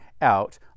out